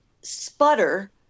sputter